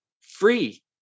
free